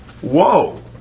Whoa